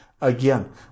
again